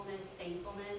thankfulness